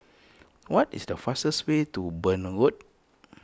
what is the fastest way to Burn Road